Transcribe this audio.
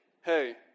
Hey